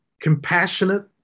compassionate